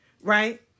right